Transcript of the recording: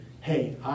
Hey